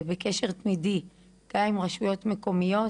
ונמצאת בקשר תמידי גם עם רשויות מקומיות